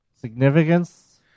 significance